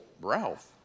Ralph